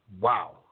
Wow